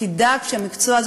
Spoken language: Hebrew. תדאג שהמקצוע הזה,